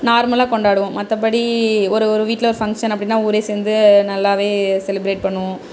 நார்மலாக கொண்டாடுவோம் மற்ற படி ஒரு ஒரு வீட்டில் ஃபங்ஷன் அப்படினா ஊரே சேர்ந்து நல்லா செலிப்ரேட் பண்ணுவோம்